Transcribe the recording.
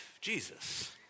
Jesus